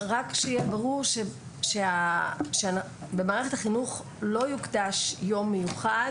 רק שיהיה ברור שבמערכת החינוך לא יוקדש יום מיוחד.